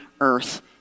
earth